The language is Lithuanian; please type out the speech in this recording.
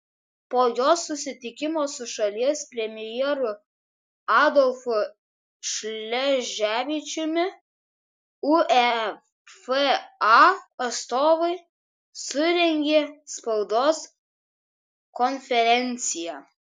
po jos susitikimo su šalies premjeru adolfu šleževičiumi uefa atstovai surengė spaudos konferenciją